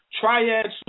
Triad